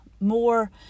more